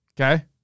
okay